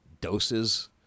doses